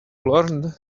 learn